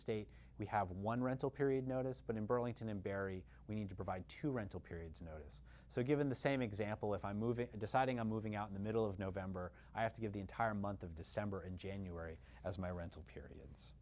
state we have one rental period notice but in burlington embury we need to provide two rental periods notice so given the same example if i move in deciding i'm moving out in the middle of november i have to give the entire month of december and january as my rental period